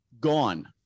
gone